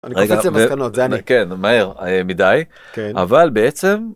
אני קופץ למסקנות, זה אני. כן, אבל מהר מדי. אבל בעצם.